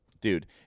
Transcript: dude